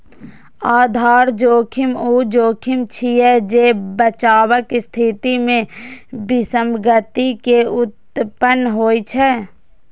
आधार जोखिम ऊ जोखिम छियै, जे बचावक स्थिति मे विसंगति के उत्पन्न होइ छै